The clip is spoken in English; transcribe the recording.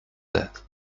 that